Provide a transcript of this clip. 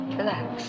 Relax